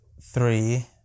three